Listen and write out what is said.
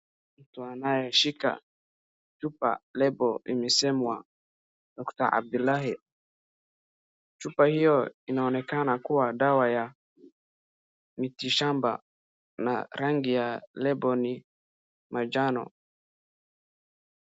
Mtu anaeshika chupa label imesemwa doctor Abilahe . Chupa hio inaonekana kuwa dawa ya miti shamba na rangi ya label ni manjano.